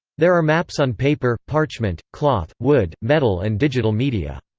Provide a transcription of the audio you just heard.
there are maps on paper, parchment, cloth, wood, metal and digital media.